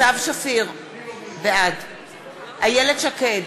סתיו שפיר, בעד איילת שקד,